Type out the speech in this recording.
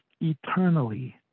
eternally